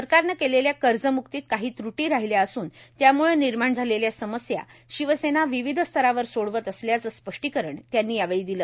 सरकारनं केलेल्या कर्जमुक्तीत काही त्रुटी राहल्या असून त्यामुळं निर्माण झालेल्या समस्या शिवसेना विविध स्तरावर सोडवत असल्याचं स्पष्टीकरण त्यांनी यावेळी दिलं